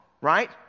Right